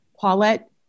Paulette